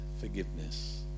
forgiveness